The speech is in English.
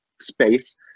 space